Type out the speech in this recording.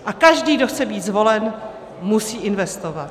A každý, kdo chce být zvolen, musí investovat.